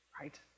right